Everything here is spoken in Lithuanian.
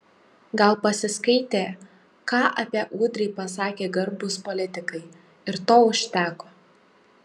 gal pasiskaitė ką apie udrį pasakė garbūs politikai ir to užteko